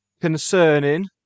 concerning